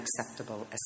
acceptable